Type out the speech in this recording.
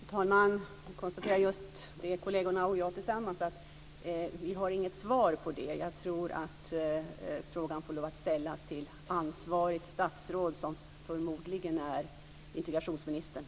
Fru talman! Kollegerna och jag konstaterade just tillsammans att vi inte har något svar på det. Jag tror att frågan får lov att ställas till ansvarigt statsråd, som förmodligen är integrationsministern.